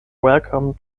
welcome